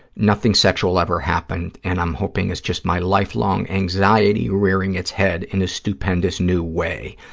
nothing sexual ever happened, and i'm hoping it's just my lifelong anxiety rearing its head in a stupendous new way.